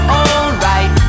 alright